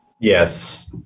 Yes